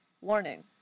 Warning